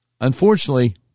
unfortunately